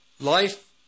Life